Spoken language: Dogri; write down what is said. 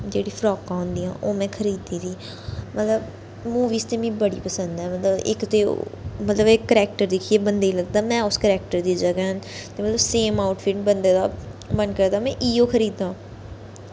जेह्ड़ी फराकां होंदियां ओह् में खरीदी दी मतलब मूवीस ते मिगी बड़ी पसंद ऐ मतलब इक ते मतलब करैक्टर दिक्खियै बंदे गी लगदा मैं उस दी जगह ऐं ते सेम आऊट फिट्ट बंदे दा मन करदा में इ'यो खरीदां